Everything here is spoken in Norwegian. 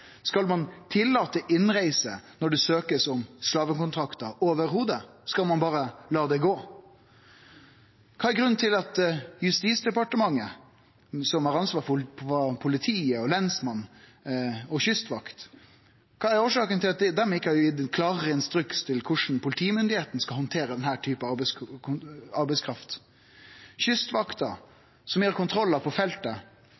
Skal ein i det heile tillate innreise når det blir søkt om slavekontraktar? Skal ein berre la det gå? Kva er grunnen til at Justisdepartementet, som har ansvar for politiet og lensmannen og